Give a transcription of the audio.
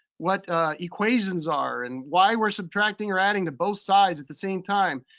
what equations are and why we're subtracting or adding to both sides at the same time.